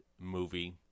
movie